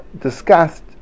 discussed